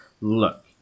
look